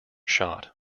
shot